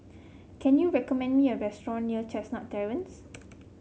can you recommend me a restaurant near Chestnut Terrace